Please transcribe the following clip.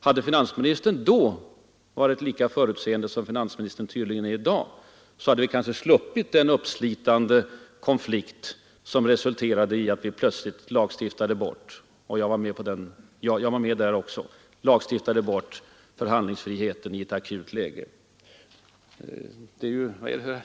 Hade finansministern då varit lika förutseende som finansministern tydligen är i dag hade vi kanske sluppit den uppslitande konflikt som resulterade i att man plötsligt lagstiftade bort — jag var med där också — förhandlingsfriheten i ett akut läge.